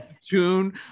tune